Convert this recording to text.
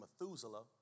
Methuselah